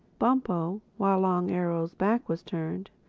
bumpo, while long arrow's back was turned,